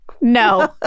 No